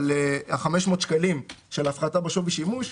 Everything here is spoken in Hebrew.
אבל 500 שקלים של הפחתה בשווי שימוש,